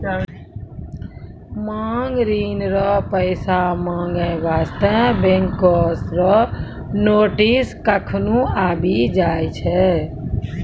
मांग ऋण रो पैसा माँगै बास्ते बैंको रो नोटिस कखनु आबि जाय छै